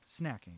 Snacking